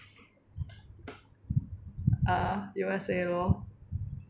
err U_S_A lor